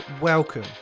welcome